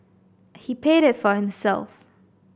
he paid it for himself